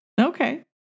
Okay